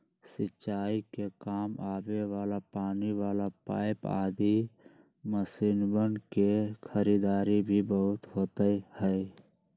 सिंचाई के काम आवे वाला पानी वाला पाईप आदि मशीनवन के खरीदारी भी बहुत होते हई